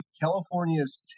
california's